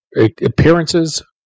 appearances